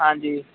ਹਾਂਜੀ